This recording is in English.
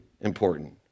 important